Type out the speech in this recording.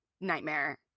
nightmare